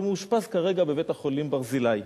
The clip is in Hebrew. והוא מאושפז כרגע בבית-החולים "ברזילי".